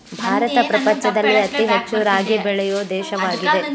ಭಾರತ ಪ್ರಪಂಚದಲ್ಲಿ ಅತಿ ಹೆಚ್ಚು ರಾಗಿ ಬೆಳೆಯೊ ದೇಶವಾಗಿದೆ